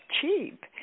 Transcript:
cheap